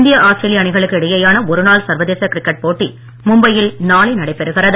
இந்திய ஆஸ்திரேலிய அணிகளுக்கு இடையேயான ஒருநாள் சர்வதேச போட்டி மும்பையில் நாளை நடைபெறுகிறது